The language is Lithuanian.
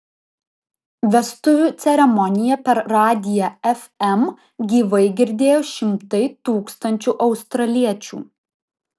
vestuvių ceremoniją per radiją fm gyvai girdėjo šimtai tūkstančių australiečių